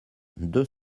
deux